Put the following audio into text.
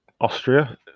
Austria